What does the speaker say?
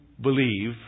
believe